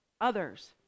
others